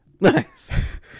Nice